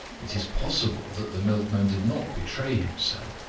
it is possible that the milkman did not betray himself.